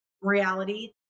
reality